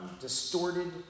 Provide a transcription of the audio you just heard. distorted